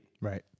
Right